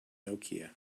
nokia